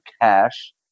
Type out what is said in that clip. cash